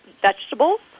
vegetables